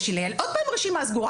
יש עוד פעם רשימה סגורה,